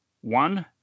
One